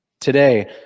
Today